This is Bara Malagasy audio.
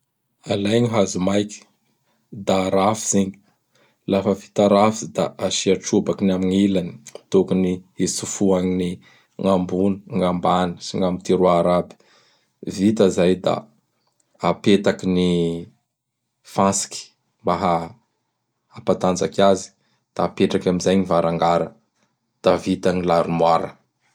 Alay gny hazo maiky; da arafitsy igny. Lafa vita rafitsy da asia trobaky gn' amin' ilany tokony hitsofohan'gn ny ambony, gn'ambany sy gn' am tiroara aby. Vita zay da apetaky ny fantsiky mampatanjaky azy; da apetakay amin'izay gny varangara. Da vita gny l'arimoara.